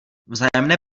vzájemné